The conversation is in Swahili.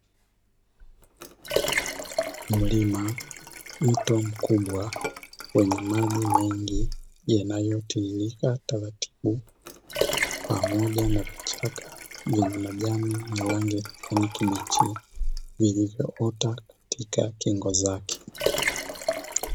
Mlima, mto mkubwa wenye maji mengi yanayotiririka taratibu, pamoja na vichaka vyenye majani ya rangi ya kijani kibichi vilivyoota katika kingo zake.